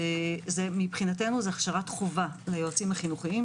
מבחינתנו זה הכשרת חובה ליועצים החינוכיים,